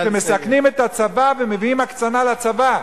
שמסכנים את הצבא ומביאים הקצנה לצבא.